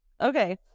Okay